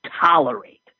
tolerate